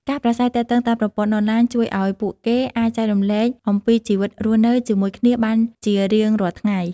ការប្រាស្រ័យទាក់់ទងតាមប្រព័ន្ធអនឡាញជួយឱ្យពួកគេអាចចែករំលែកអំពីជីវិតរស់នៅជាមួយគ្នាបានជារៀងរាល់ថ្ងៃ។